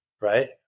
right